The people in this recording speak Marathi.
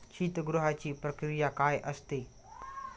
शीतगृहाची प्रक्रिया काय असते?